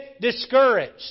discouraged